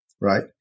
right